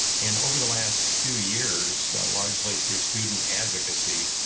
and over the last few years, largely through student advocacy,